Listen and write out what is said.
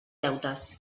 deutes